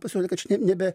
pasirodė kad čia ne nebe